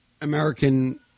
American